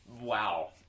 Wow